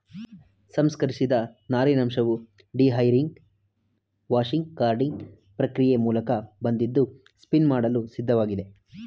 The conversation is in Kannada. ಸಂಸ್ಕರಿಸಿದ ನಾರಿನಂಶವು ಡಿಹೈರಿಂಗ್ ವಾಷಿಂಗ್ ಕಾರ್ಡಿಂಗ್ ಪ್ರಕ್ರಿಯೆ ಮೂಲಕ ಬಂದಿದ್ದು ಸ್ಪಿನ್ ಮಾಡಲು ಸಿದ್ಧವಾಗಿದೆ